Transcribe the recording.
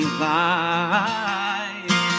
life